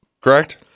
Correct